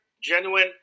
genuine